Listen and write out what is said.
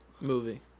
Movie